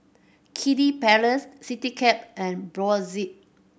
Kiddy Palace Citycab and Brotzeit